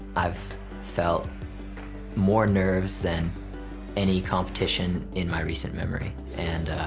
i've felt more nerves than any competition in my recent memory, and.